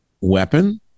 weapon